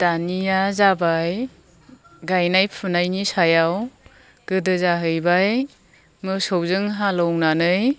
दानिया जाबाय गायनाय फुनायनि सायाव गोदो जाहैबाय मोसौजों हालौनानै